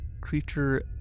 creature